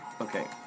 okay